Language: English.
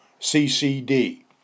CCD